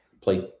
play